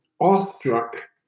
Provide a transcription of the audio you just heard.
awestruck